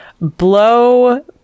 Blow